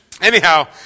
Anyhow